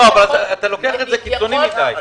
אתה לוקח את זה קיצוני מדי.